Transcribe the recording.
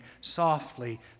softly